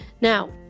Now